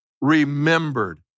remembered